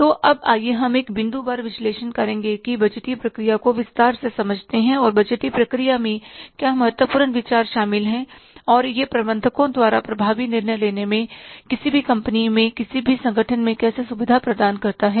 तो अब आइए हम एक बिंदुवार विश्लेषण करके बजटीय प्रक्रिया को विस्तार से समझते हैं और बजटीय प्रक्रिया में क्या महत्वपूर्ण विचार शामिल हैं और यह प्रबंधकों द्वारा प्रभावी निर्णय लेने में किसी भी कंपनी में किसी भी संगठन में कैसे सुविधा प्रदान करता है